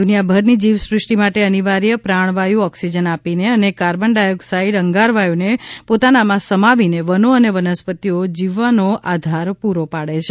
દુનિયાભરની જીવસૃષ્ટિ માટે અનિવાર્ય પ્રાણવાયુ ઓક્સિજન આપીને અને કાર્બન ડાયોક્સાઇડ અંગારવાયુને પોતાનામાં સમાવીને વનો અને વનસ્પતિઓ જીવવાનો આધાર પૂરો પાડે છે